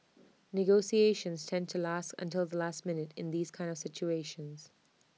negotiations tend to last until the last minute in these kind of situations